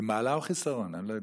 זה מעלה או חיסרון, אני לא יודע.